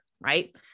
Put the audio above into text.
right